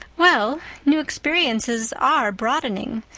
well, new experiences are broadening.